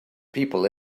people